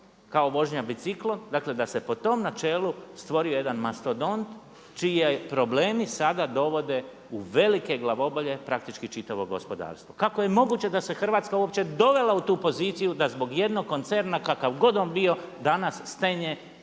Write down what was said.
kao vožnja biciklom. Dakle, da se po tom načelu stvorio jedan mastodont čiji problemi sada dovode u velike glavobolje praktički čitavo gospodarstvo. Kako je moguće da se Hrvatska uopće dovela u tu poziciju da zbog jednog koncerna kakav god on bio danas stenje